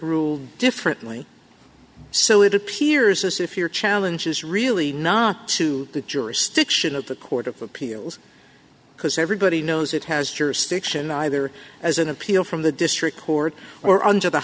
rule differently so it appears as if your challenge is really not to the jurisdiction of the court of appeals because everybody knows it has jurisdiction either as an appeal from the district court or under the